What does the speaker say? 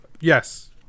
Yes